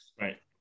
Right